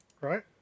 right